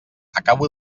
acabo